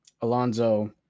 Alonzo